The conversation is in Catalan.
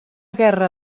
guerra